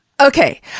Okay